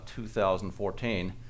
2014